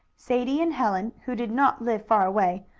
sadie and helen, who did not live far away,